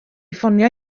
ffonio